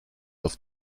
auf